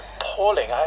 appalling